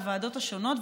בוועדות השונות,